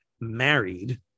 married